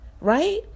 Right